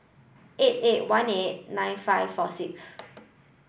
eight eight one eight nine five four six